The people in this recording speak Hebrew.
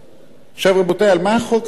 עכשיו, רבותי, על מה החוק הזה מדבר?